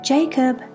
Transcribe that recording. Jacob